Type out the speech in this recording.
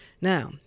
Now